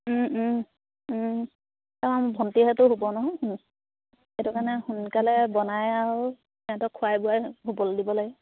অঁ ভণ্টিহঁতে শুব নহয় সেইটো কাৰণে সোনকালে বনাই আৰু সিহঁতক খোৱাই বোৱাই শুবলৈ দিবলৈ